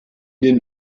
den